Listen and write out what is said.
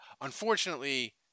unfortunately